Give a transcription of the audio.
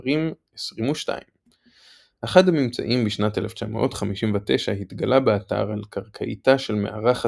הקברים 22. אחד הממצאים בשנת 1959 התגלה באתר על קרקעיתה של מערה חצובה,